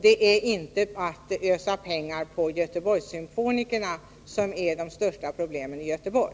Det är inte att ösa pengar på Göteborgssymfonikerna som är det största problemet i Göteborg.